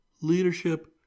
leadership